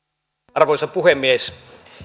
arvoisa puhemies